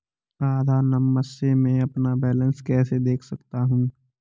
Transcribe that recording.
आधार number से मैं अपना बैलेंस कैसे देख सकता हूँ?